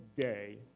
day